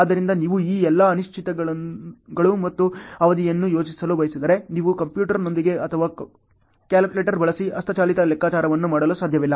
ಆದ್ದರಿಂದ ನೀವು ಈ ಎಲ್ಲಾ ಅನಿಶ್ಚಿತತೆಗಳು ಮತ್ತು ಅವಧಿಗಳನ್ನು ಯೋಜಿಸಲು ಬಯಸಿದರೆ ನೀವು ಕಂಪ್ಯೂಟರ್ನೊಂದಿಗೆ ಅಥವಾ ಕ್ಯಾಲ್ಕುಲೇಟರ್ ಬಳಸಿ ಹಸ್ತಚಾಲಿತ ಲೆಕ್ಕಾಚಾರವನ್ನು ಮಾಡಲು ಸಾಧ್ಯವಿಲ್ಲ